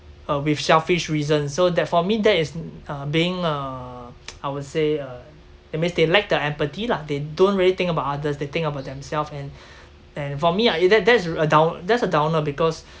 uh with selfish reasons so that for me that is n~ uh being uh I would say uh that means they lacked the empathy lah they don't really think about others they think about themself and and for me ah it that that's a down~ that's a downer because